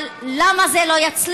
אבל למה זה לא יצליח,